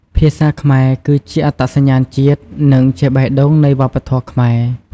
ភាសាខ្មែរគឺជាអត្តសញ្ញាណជាតិ និងជាបេះដូងនៃវប្បធម៌ខ្មែរ។